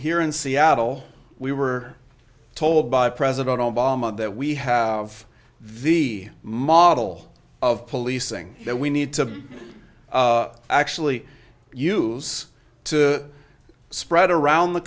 here in seattle we were told by president obama that we have the model of policing that we need to actually use to spread around the